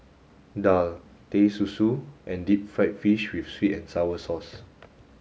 Daal Teh Susu and deep fried fish with sweet and sour sauce